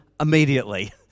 immediately